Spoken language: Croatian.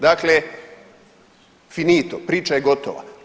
Dakle finito, priča je gotova.